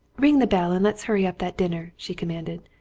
ring the bell and let's hurry up that dinner, she commanded.